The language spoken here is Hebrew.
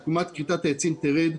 שעקומת כריתת העצים תרד.